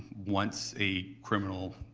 once a criminal